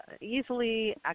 easily